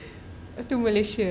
to malaysia